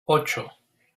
ocho